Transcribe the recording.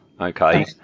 Okay